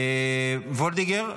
וולדיגר?